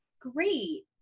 great